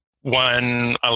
one